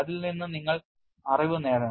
അതിൽ നിന്ന് നിങ്ങൾ അറിവ് നേടണം